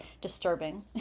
disturbing